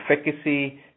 efficacy